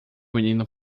menino